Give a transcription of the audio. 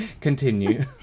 continue